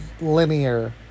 linear